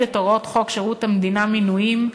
את הוראות חוק שירות המדינה (מינויים),